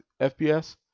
fps